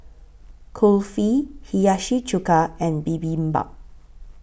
Kulfi Hiyashi Chuka and Bibimbap